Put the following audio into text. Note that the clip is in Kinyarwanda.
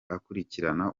akurikirana